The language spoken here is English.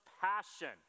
passion